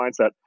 mindset